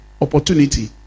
opportunity